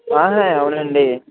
అవునండి